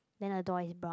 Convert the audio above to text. then the door is brown